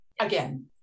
Again